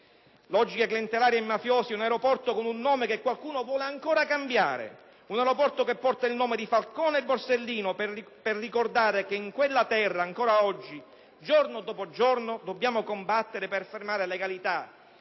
logiche clientelari e mafiose in un aeroporto con un nome che qualcuno vuole ancora cambiare, un aeroporto che porta il nome di Falcone e Borsellino per ricordare che in quella terra, ancora oggi, giorno dopo giorno, dobbiamo combattere per affermare la legalità,